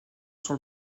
sur